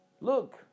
Look